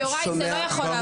זה לא יכול לעבור ככה.